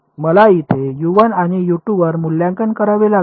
मला इथे आणि वर मूल्यांकन करावे लागेल